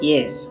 Yes